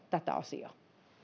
tätä asiaa